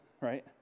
right